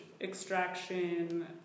extraction